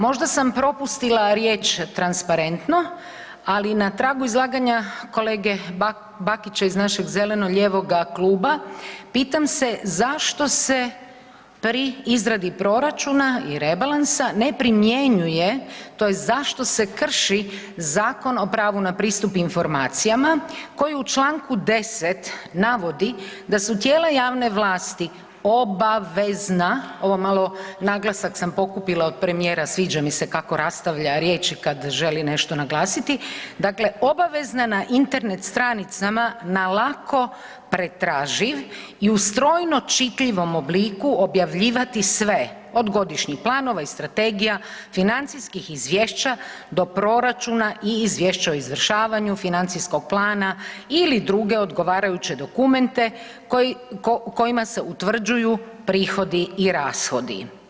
Možda sam propustila transparentno, ali na tragu izlaganja kolege Bakića iz našeg zeleno-lijevoga kluba pitam se zašto se pri izradi proračuna i rebalansa ne primjenjuje tj. zašto se krši Zakon o pravu na pristup informacijama koji u Članku 10. navodi da su tijela javne vlasti obavezna, ovo malo naglasak sam pokupila od premijera sviđa mi se kako rastavlja riječi kad želi nešto naglasiti, dakle obavezna na Internet stranicama na lako pretraživ i u strojno čitljivom obliku objavljivati sve, od godišnjih planova i strategija, financijskih izvješća do proračuna i izvješća o izvršavanju financijskog plana ili druge odgovarajuće dokumente kojima se utvrđuju prihodi i rashodi.